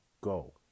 go